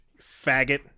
faggot